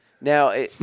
Now